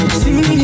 see